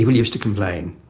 used to complain,